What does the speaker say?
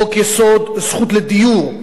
חוק-יסוד: זכות לדיור,